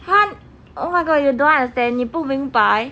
!huh! oh my god you don't understand 你不明白